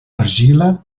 argila